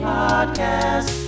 podcast